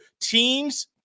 teams